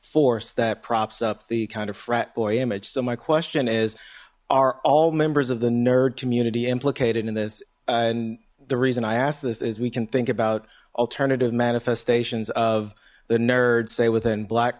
force that props up the kind of frat boy image so my question is are all members of the nerd community implicated in this and the reason i ask this is we can think about alternative manifestations of the nerds say within black